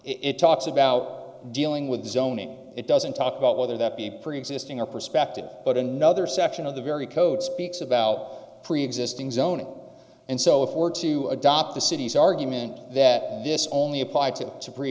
it talks about dealing with zoning it doesn't talk about whether that be preexisting our perspective but another section of the very code speaks about preexisting zoning and so if we're to adopt the city's argument that this only applied to to